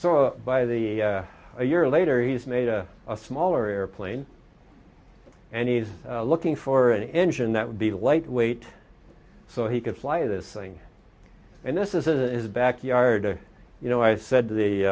so by the a year later he's made a smaller airplane and he's looking for an engine that would be lightweight so he could fly this thing and this isn't his backyard you know i said to the